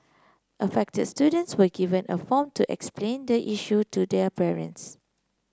affected students were given a form to explain the issue to their parents